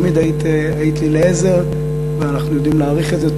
תמיד היית לי לעזר, ואנחנו יודעים להעריך את זה.